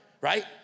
Right